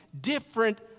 different